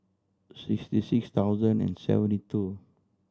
sixty six thousand and seventy two